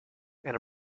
and